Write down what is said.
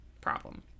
problem